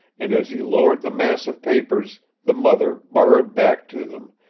and as he lowered the mass of papers the mother burrowed back to them,